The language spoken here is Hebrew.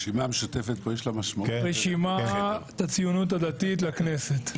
לרשימה משותפת פה יש משמעות --- רשימת הציוניות הדתית לכנסת.